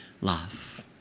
love